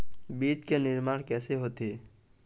बीज के निर्माण कैसे होथे?